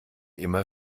immer